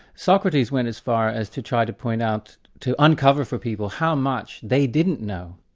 socrates went as far as to try to point out, to uncover for people, how much they didn't know,